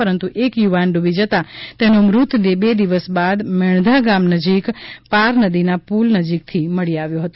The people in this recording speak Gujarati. પરંતુ એક યુવાન ડૂબી જતાં તેનો મૃતદેહ બે દિવસ બાદ મેંણધા ગામ નજીક પાર નદીના પુલ નજીકથી મળી આવ્યો હતો